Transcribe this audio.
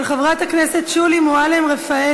של חברת הכנסת שולי מועלם-רפאלי.